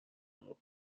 اقا